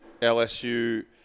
LSU